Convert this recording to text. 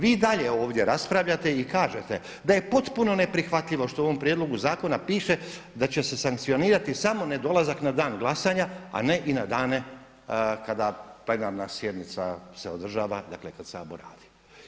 Vi i dalje ovdje raspravljate i kažete da je potpuno neprihvatljivo što u ovom prijedlogu zakona piše da će se sankcionirati samo nedolazak na dan glasanja a ne i na dane kada plenarna sjednica se održava, dakle kada Sabor radi.